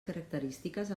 característiques